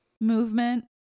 movement